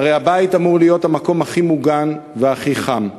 הרי הבית אמור להיות המקום הכי מוגן והכי חם.